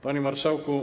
Panie Marszałku!